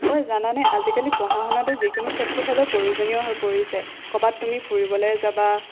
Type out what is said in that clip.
ঐ জানানে আজিকালি পঢ়া শুনাটো যিকোনো ক্ষেত্ৰত হ'লেও প্ৰয়োজনী হৈ পৰিছে ক'ৰবাত তুমি ফুৰিবলৈ যাবা